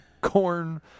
corn